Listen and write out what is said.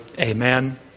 amen